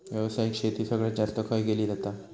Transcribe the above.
व्यावसायिक शेती सगळ्यात जास्त खय केली जाता?